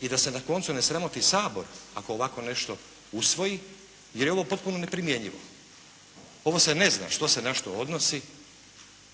i da se na koncu ne sramoti Sabor ako ovako nešto usvoji, jer je ovo potpuno neprimjenjivo. Ovo se ne zna što se na što odnosi